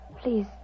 Please